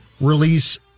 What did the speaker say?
release